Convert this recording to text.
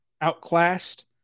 outclassed